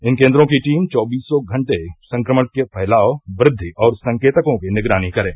इन केन्द्रों की टीम चौबीसों घंटे संक्रमण के फैलाव वृद्धि और संकेतकों की निगरानी करे